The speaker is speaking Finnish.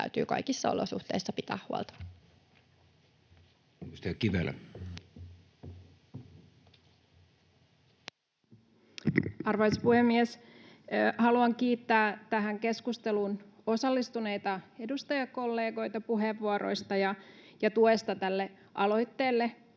muuttamisesta Time: 17:26 Content: Arvoisa puhemies! Haluan kiittää tähän keskusteluun osallistuneita edustajakollegoita puheenvuoroista ja tuesta tälle aloitteelle